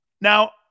Now